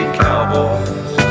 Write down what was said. cowboys